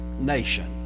nation